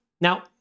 Now